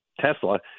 Tesla